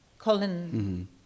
Colin